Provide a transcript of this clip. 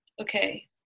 okay